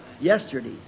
yesterday